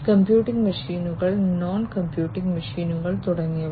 computing മെഷീനുകൾ non computing മെഷീനുകൾ തുടങ്ങിയവ